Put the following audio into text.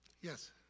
Yes